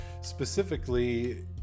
specifically